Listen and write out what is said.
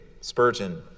Spurgeon